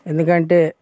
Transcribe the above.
ఎందుకంటే